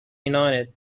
united